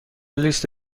لیست